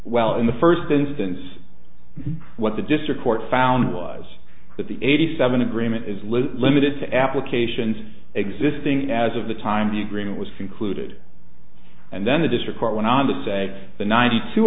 well in the first instance what the district court found was that the eighty seven agreement is loose limited to applications existing as of the time the agreement was concluded and then the district court went on to say the ninety two